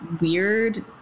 weird